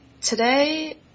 today